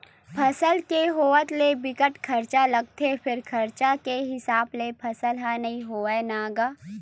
फसल के होवत ले बिकट खरचा लागथे फेर खरचा के हिसाब ले फसल ह नइ होवय न गा